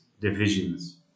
divisions